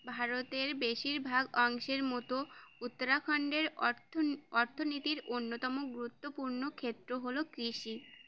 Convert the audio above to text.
ভারতের বেশিরভাগ অংশের মতো উত্তরাখন্ডের অর্থ অর্থনীতির অন্যতম গুরুত্বপূর্ণ ক্ষেত্র হলো কৃষি